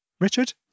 Richard